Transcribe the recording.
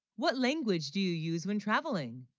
what language do you use when traveling?